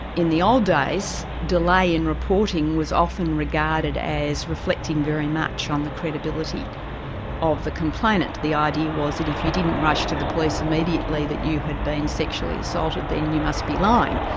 in the old days, delay in reporting was often regarded as reflecting very much on the credibility of the complainant. the idea was that if you didn't rush to the police immediately that you had been sexually assaulted then you must be lying.